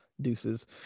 Deuces